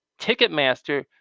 Ticketmaster